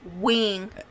wing